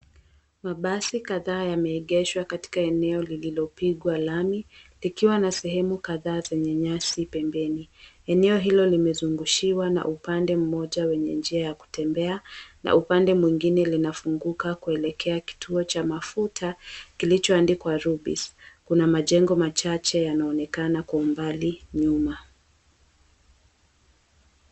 Mabasi kadhaa yameegeshwa katika eneo lililopigwa lami likiwa na sehemu kadhaa zenye nyasi pembeni eneo hilo limezungushiwa na upande mmoja wenye njia ya kutembea na upande mwingine linafunguka kuelekea kituo cha mafuta kilichoandikwa, Rubis kuna majengo machache yanaonekana kwa umbali nyuma.